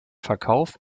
verkauf